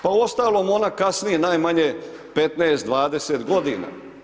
Pa uostalom ona kasni najmanje 15, 20 godina.